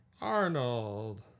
Arnold